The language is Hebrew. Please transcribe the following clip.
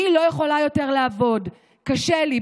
אני לא יכולה יותר לעבוד וקשה לי,